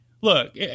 look